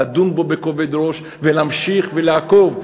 לדון בו בכובד ראש ולהמשיך לעקוב.